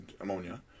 ammonia